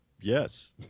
Yes